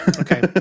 Okay